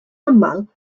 aml